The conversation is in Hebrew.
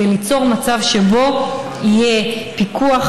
כדי ליצור מצב שבו יהיה פיקוח,